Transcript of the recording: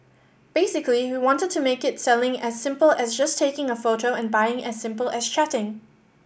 basically we wanted to make it selling as simple as just taking a photo and buying as simple as chatting